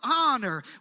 honor